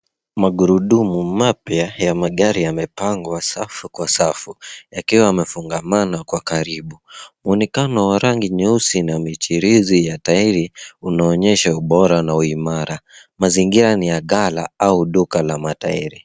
Magurudumu mapya ya magari yamepangwa safu kwa safu, yakiwa yamefungamana kwa karibu. Mwonekano wa rangi nyeusi na michirizi ya tairi, unaonyesha ubora na uimara. Mazingira ni ya ghala au duka la matairi.